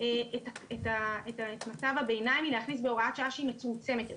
את מצב הביניים להשיג בהוראת שעה שהיא מצומצמת יותר.